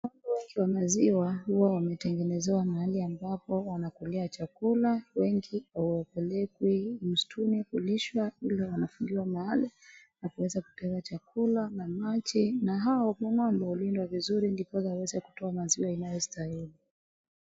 Ng'ombe wa maziwa huwa wametengenezewa mahali ambapo wanakulia chakula. Wengi hupelekwini mstuni kulishwa, yule wanafungiwa mahali na kuweza kupewa chakula na maji. Na hao ng'ombe walindwa vizuri ndipo waweze kutoa maziwa inayostahili.